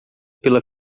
pela